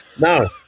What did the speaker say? No